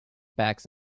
bags